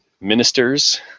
ministers